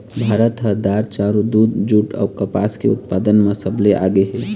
भारत ह दार, चाउर, दूद, जूट अऊ कपास के उत्पादन म सबले आगे हे